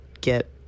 get